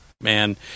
man